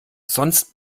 sonst